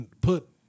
put